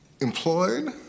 employed